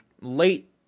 Late